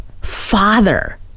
father